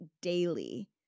daily